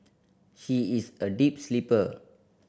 she is a deep sleeper